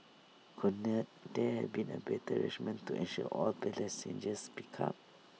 could not there have been A better arrangement to ensure all picked up